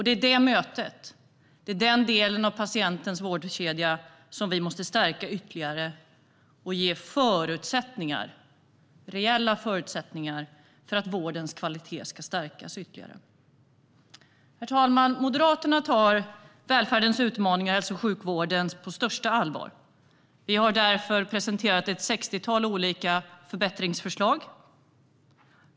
Det är det mötet, den delen av patientens vårdkedja, som vi måste stärka ytterligare och ge reella förutsättningar för att vårdens kvalitet ska kunna stärkas ytterligare. Herr talman! Moderaterna tar välfärdens utmaningar inom hälso och sjukvården på största allvar. Vi har därför presenterat ett sextiotal olika förbättringsförslag.